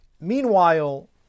Meanwhile